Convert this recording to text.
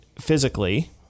physically